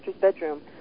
bedroom